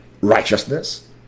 righteousness